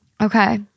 Okay